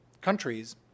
countries